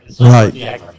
Right